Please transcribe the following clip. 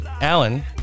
Alan